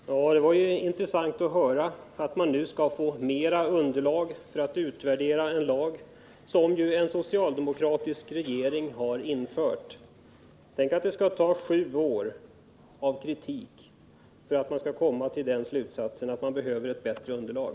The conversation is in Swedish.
Herr talman! Det var intressant att höra att man nu skall få mera underlag för att utvärdera en lag som en socialdemokratisk regering har infört. Tänk att det skall ta sju år av kritik för att man skall komma till slutsatsen att det behövs ett bättre underlag!